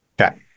Okay